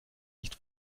nicht